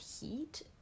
heat